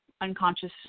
unconscious